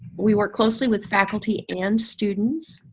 we work closely with faculty and students.